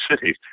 City